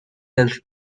else